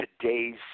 today's